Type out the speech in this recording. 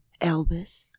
Elvis